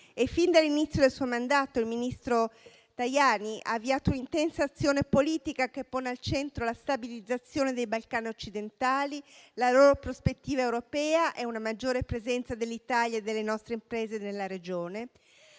fin dall'inizio del suo mandato, il Ministro in indirizzo ha avviato un'intensa azione politica che pone al centro la stabilizzazione dei Balcani occidentali, la loro prospettiva europea e una maggiore presenza dell'Italia e delle imprese italiane nella regione;